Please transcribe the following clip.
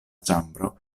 ĉambro